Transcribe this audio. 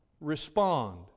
respond